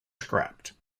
scrapped